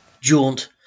jaunt